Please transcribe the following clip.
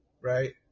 right